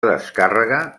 descàrrega